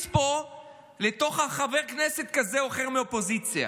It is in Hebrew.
פה איכשהו לחבר כנסת כזה או אחר מהאופוזיציה.